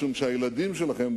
משום שהילדים שלכם,